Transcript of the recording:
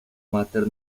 máter